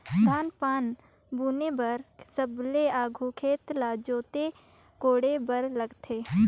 धान पान बुने बर सबले आघु खेत ल जोते कोड़े बर लगथे